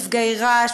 מפגעי רעש,